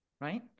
right